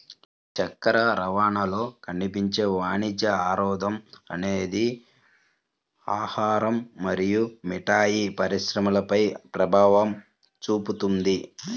చక్కెర రవాణాలో కనిపించే వాణిజ్య అవరోధం అనేది ఆహారం మరియు మిఠాయి పరిశ్రమపై ప్రభావం చూపుతుంది